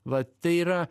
va tai yra